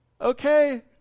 Okay